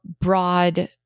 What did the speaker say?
broad